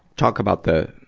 talk about the,